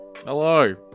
hello